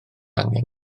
angen